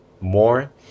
more